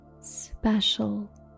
special